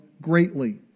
greatly